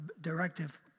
directive